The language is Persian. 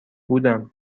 بودم